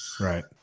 Right